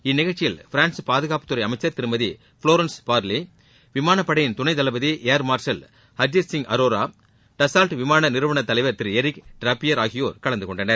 இந்நிகழ்ச்சியில் பிரான்ஸ் பாதுகாப்புத்துறை அமைச்சர் திருமதி புளோரன்ஸ் பார்லி விமானப்படையின் துணை தளபதி ஏர்மார்ஷல் ஹர்ஜித் சிங் அரோரா டஸாவ்ட் விமானநிறுவன தலைவர் திரு எர்ரிக் டிராப்பியர் ஆகியோர் கலந்துகொண்டனர்